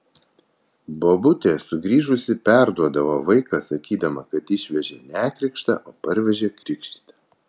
bobutė sugrįžusi perduodavo vaiką sakydama kad išvežė nekrikštą o parvežė krikštytą